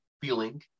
feeling